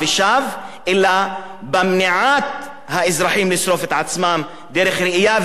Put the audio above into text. אלא במניעת האזרחים מלשרוף את עצמם דרך ראייה וכיוון חדש,